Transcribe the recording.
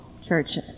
church